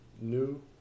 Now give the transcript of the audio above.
new